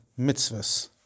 mitzvahs